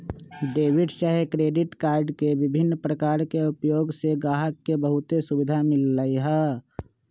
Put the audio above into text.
debit चाहे credit card के विभिन्न प्रकार के उपयोग से गाहक के बहुते सुभिधा मिललै ह